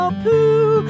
poo